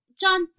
John